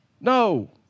No